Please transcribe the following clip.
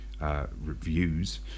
reviews